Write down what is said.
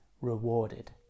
rewarded